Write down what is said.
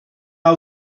hau